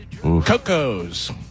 Coco's